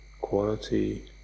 quality